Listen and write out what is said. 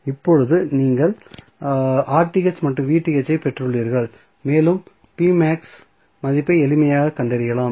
இப்போது நீங்கள் மற்றும் ஐப் பெற்றுள்ளீர்கள் மேலும் p max மதிப்பைக் எளிமையாகக் கண்டறியலாம்